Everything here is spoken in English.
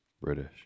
British